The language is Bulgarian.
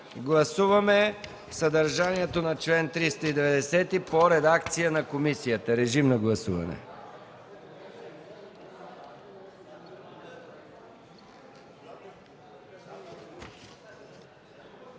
Гласуваме съдържанието на чл. 390 по редакция на комисията. Гласували